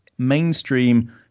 mainstream